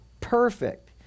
perfect